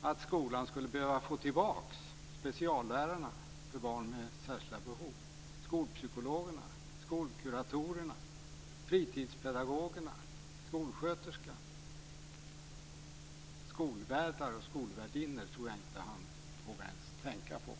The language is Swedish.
att skolan skulle behöva få tillbaka speciallärarna för barn med särskilda behov, skolpsykologerna, skolkuratorerna, fritidspedagogerna och skolsköterskan. Skolvärdar och skolvärdinnor tror jag inte att Lars Leijonborg ens vågar tänka på.